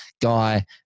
guy